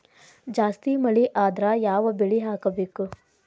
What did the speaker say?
ಜಾಸ್ತಿ ಮಳಿ ಆದ್ರ ಯಾವ ಬೆಳಿ ಹಾಕಬೇಕು?